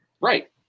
Right